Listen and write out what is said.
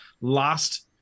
last